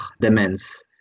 demands